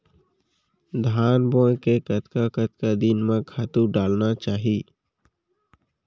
धान बोए के कतका कतका दिन म खातू डालना चाही?